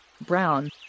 brown